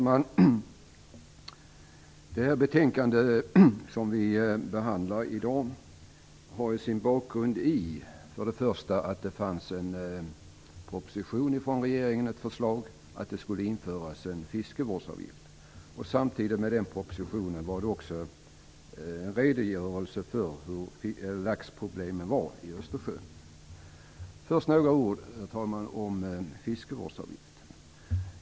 Herr talman! Det betänkande som vi behandlar i dag har sin bakgrund i att det fanns en proposition från regeringen med ett förslag om att det skulle införas en fiskevårdsavgift. Samtidigt med den propositionen kom också en redogörelse för laxproblemen i Låt mig först säga några ord om fiskevårdsavgiften.